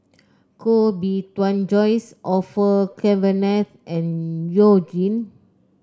Koh Bee Tuan Joyce Orfeur Cavenagh and You Jin